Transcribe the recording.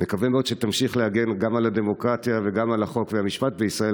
נקווה מאוד שתמשיך להגן גם על הדמוקרטיה וגם על החוק והמשפט בישראל.